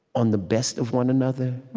on the best of one another,